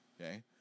Okay